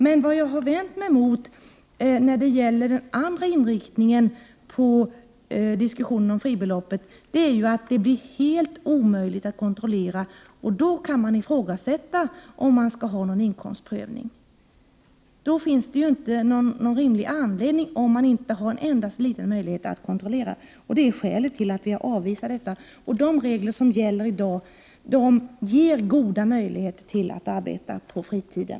Men det jag har vänt mig mot är den andra inriktningen av diskussionen om fribeloppet. Det blir helt omöjligt att kontrollera. Då kan man ifrågasätta om någon inkomstprövning skall förekomma. Har man inte en endaste liten möjlighet att kontrollera, finns det ingen rimlig anledning att ha en inkomstprövning. Det är skälet till att vi avvisar detta förslag. De regler som gäller i dag ger goda möjligheter att arbeta på fritiden.